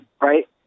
right